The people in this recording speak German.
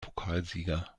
pokalsieger